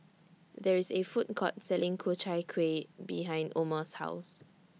There IS A Food Court Selling Ku Chai Kuih behind Omer's House